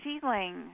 feeling